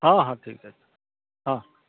ହଁ ହଁ ଠିକ ଅଛି ହଁ